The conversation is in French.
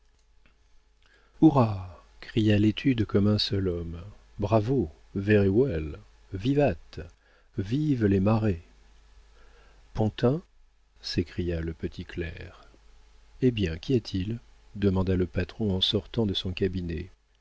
hurrah cria l'étude comme un seul homme bravo very well vivat vivent les marest pontins s'écria le petit clerc hé bien qu'y a-t-il demanda le patron en sortant de son cabinet